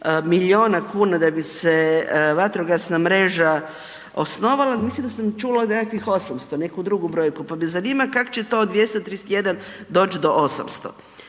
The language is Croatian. milijuna kuna da bi se vatrogasna mreža osnovala, mislim da sam čula nekakvih 800, neku drugu brojku, pa me zanima kak će to od 231 doć do 800?